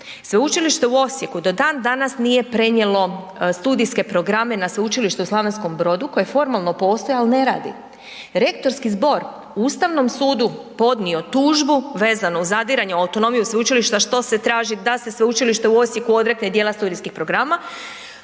Sveučilište u Osijeku do dan danas nije prenijelo studijske programe na Sveučilište u Slavonskom Brodu koje je formalno postojalo, ali ne radi. Rektorski zbor je Ustavnom sudu podnio tužbu vezano u zadiranje i u autonomiju sveučilišta što se traži da se Sveučilište u Osijeku odrekne dijela studijskih programa.